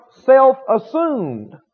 self-assumed